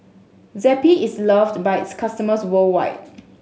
Zappy is loved by its customers worldwide